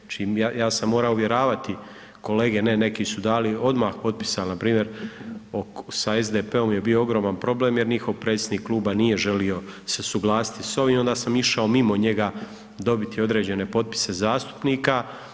Znači ja sam morao uvjeravati kolege, ne neki su dali odmah potpis, ali npr. sa SDP-om je bio ogroman problem jer njihov predsjednik kluba nije želio se suglasiti s ovim i onda sam išao mimo njega dobiti određene potpise zastupnika.